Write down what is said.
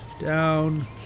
down